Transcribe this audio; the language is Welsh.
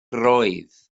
roedd